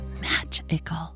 magical